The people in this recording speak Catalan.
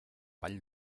vall